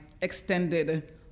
extended